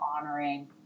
honoring